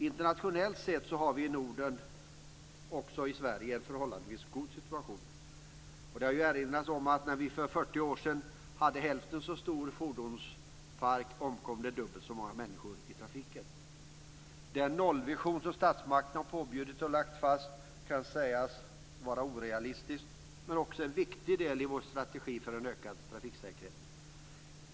Internationellt sett har vi i Norden, alltså även i Sverige, en förhållandevis god situation. Det har ju erinrats om att för 40 år sedan, när vi hade hälften så stor fordonspark, omkom dubbelt så många människor i trafiken. Den nollvision som statsmakten har påbjudit och lagt fast kan sägas vara orealistisk men den är också en viktig del i vår strategi för en ökad trafiksäkerhet.